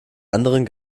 anderen